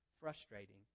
frustrating